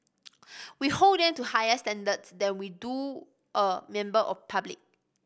we hold them to higher standards than we do a member of public